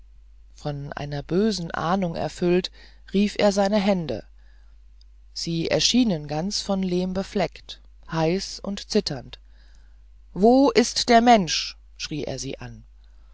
von einer bösen ahnung erfüllt rief er seine hände sie erschienen ganz von lehm befleckt heiß und zitternd wo ist der mensch schrie er sie an